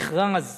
במכרז